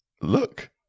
Look